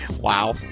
Wow